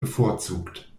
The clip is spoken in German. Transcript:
bevorzugt